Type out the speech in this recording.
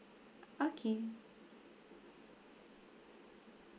okay